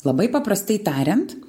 labai paprastai tariant